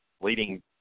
leading